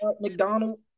McDonald